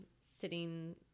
sitting